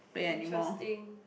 interesting